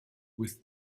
with